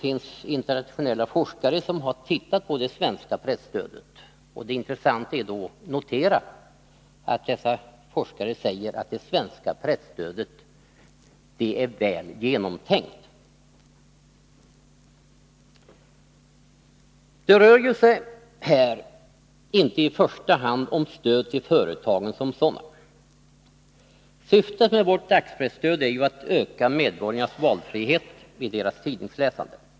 Internationella forskare har tittat på det svenska presstödet, och det är intressant att notera att dessa forskare säger att det svenska presstödet är väl genomtänkt. Det rör ju sig här inte i första hand om stöd till företagen som sådana. Syftet med vårt dagspresstöd är ju att öka medborgarnas valfrihet i deras tidningsläsande.